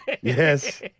yes